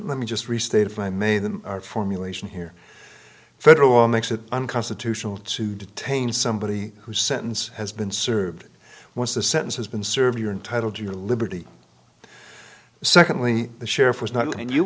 let me just restate if i may the formulation here federal law makes it unconstitutional to detain somebody who sentence has been served once the sentence has been served you're intitled your liberty secondly the sheriff was not and you